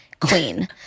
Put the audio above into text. Queen